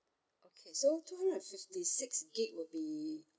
okay so two hundred and fifty six gig would be